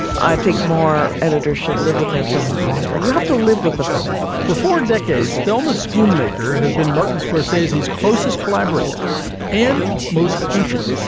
i think more editors should live with their films longer. you have to live with the film for four decades, film a schoomaker has been martin scorsese, his closest collaborator in most patient.